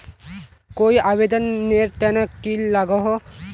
कोई आवेदन नेर तने की लागोहो?